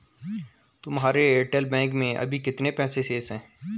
तुम्हारे Airtel bank में अभी कितने पैसे शेष हैं?